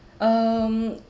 um